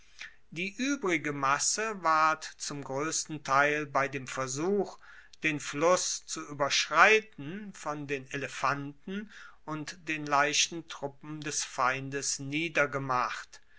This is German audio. die uebrige masse ward zum groessten teil bei dem versuch den fluss zu ueberschreiten von den elefanten und den leichten truppen des feindes niedergemacht